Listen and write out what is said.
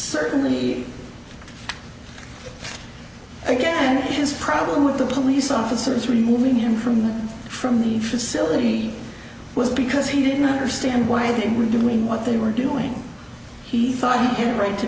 certainly again his problem with the police officers removing him from from the facility was because he didn't understand why they were doing what they were doing he thought you can right to